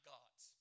God's